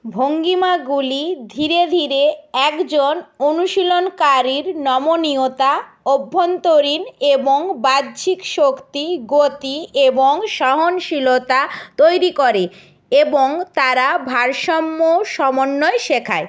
ভঙ্গিমাগুলি ধীরে ধীরে একজন অনুশীলনকারীর নমনীয়তা অভ্যন্তরীণ এবং বাহ্যিক শক্তি গতি এবং সহনশীলতা তৈরি করে এবং তারা ভারসাম্য ও সমন্বয় শেখায়